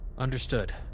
Understood